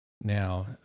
now